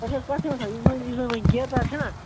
تۄہہِ چھُوا کتھ یِوان سمجھ یُس زَن یُس زَن وۄنۍ گیر دار چھُ نا